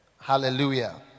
Hallelujah